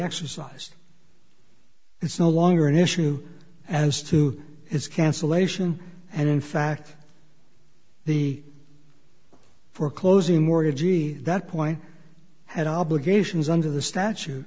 exercised it's no longer an issue as to its cancellation and in fact the foreclosing mortgagee that point had obligations under the statu